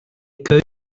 köy